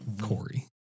Corey